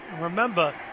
remember